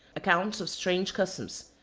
accounts of strange customs,